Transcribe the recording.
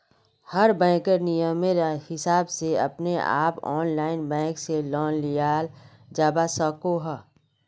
हर बैंकेर नियमेर हिसाब से अपने आप ऑनलाइन बैंक से लोन लियाल जावा सकोह